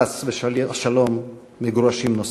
חס ושלום, מגורשים נוספים.